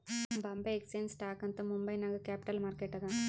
ಬೊಂಬೆ exchange stock ಅಂತ್ ಮುಂಬೈ ನಾಗ್ capital market ಅದಾ